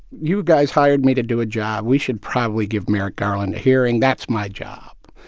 you guys hired me to do a job. we should probably give merrick garland a hearing. that's my job.